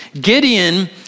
Gideon